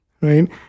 Right